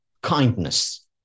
kindness